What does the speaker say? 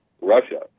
Russia